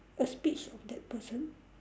a speech of that person